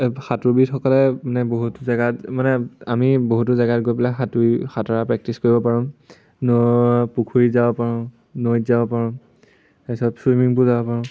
সাঁতোৰবিসকলে মানে বহুতো জেগাত মানে আমি বহুতো জেগাত গৈ পেলাই সাঁতুৰি সাঁতোৰা প্ৰেক্টিছ কৰিব পাৰোঁ ন পুখুৰীত যাব পাৰোঁ নৈত যাব পাৰোঁ তাৰপিছত চুইমিং পুল যাব পাৰোঁ